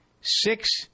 Six